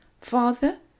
Father